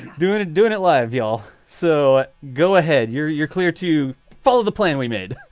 doing it. doing it live yall. so go ahead. you're you're clear to follow the plan we made.